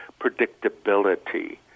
predictability